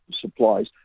supplies